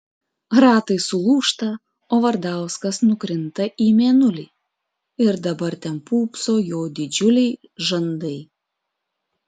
ratai sulūžta o vardauskas nukrinta į mėnulį ir dabar ten pūpso jo didžiuliai žandai